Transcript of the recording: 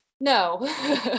No